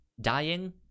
dying